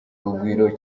urugwiro